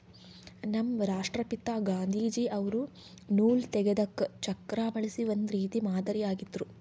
ನಮ್ ರಾಷ್ಟ್ರಪಿತಾ ಗಾಂಧೀಜಿ ಅವ್ರು ನೂಲ್ ತೆಗೆದಕ್ ಚಕ್ರಾ ಬಳಸಿ ಒಂದ್ ರೀತಿ ಮಾದರಿ ಆಗಿದ್ರು